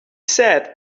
said